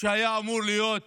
שהיה אמור להיות